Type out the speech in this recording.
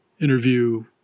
interview